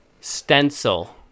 Stencil